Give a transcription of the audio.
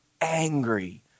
angry